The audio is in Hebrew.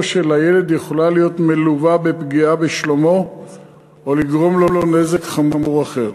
של ילד יכולה להיות מלווה בפגיעה בשלומו או לגרום לו נזק חמור ביותר.